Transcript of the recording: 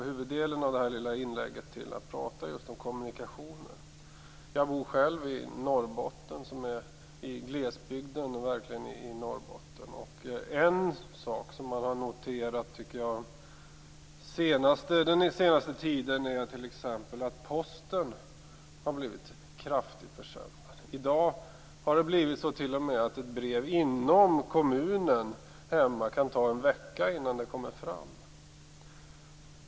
Huvuddelen av det här anförandet tänker jag ägna åt att prata om kommunikationer. Jag bor själv i Norrbotten, i en glesbygd. En sak som man har kunnat notera under den senaste tiden är t.ex. att postservicen har blivit kraftigt försämrad. Ett brev inom kommunen kan i dag ta en vecka innan det kommer fram.